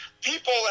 people